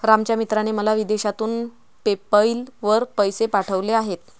रामच्या मित्राने मला विदेशातून पेपैल वर पैसे पाठवले आहेत